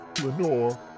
Lenore